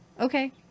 Okay